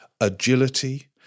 agility